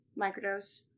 microdose